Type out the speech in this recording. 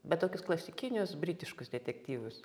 bet tokius klasikinius britiškus detektyvus